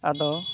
ᱟᱫᱚ